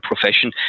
profession